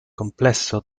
complesso